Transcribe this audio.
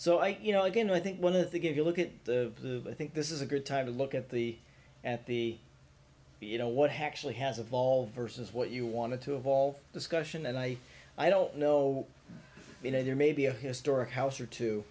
so i you know again i think one of the give you look at the i think this is a good time to look at the at the you know what has actually has evolved versus what you wanted to of all discussion and i i don't know you know there may be a historic house or two